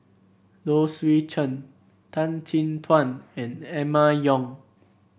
Low Swee Chen Tan Chin Tuan and Emma Yong